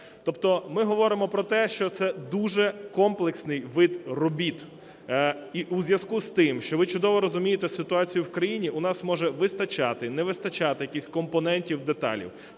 Тобто ми говоримо про те, що це дуже комплексний вид робіт. І у зв'язку з тим, що ви чудово розумієте ситуацію в країні, у нас може вистачати, не вистачати якихось компонентів і деталей,